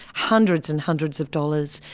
hundreds and hundreds of dollars,